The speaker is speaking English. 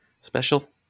special